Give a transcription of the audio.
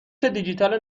دیجیتال